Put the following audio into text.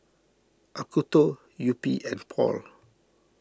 Acuto Yupi and Paul